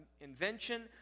invention